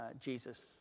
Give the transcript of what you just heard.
Jesus